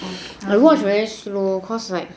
I watch very slow cause like